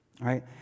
right